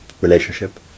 relationship